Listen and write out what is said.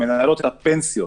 את הפנסיות,